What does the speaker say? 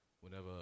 whenever